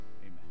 Amen